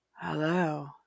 Hello